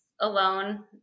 alone